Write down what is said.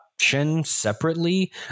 separately